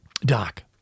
Doc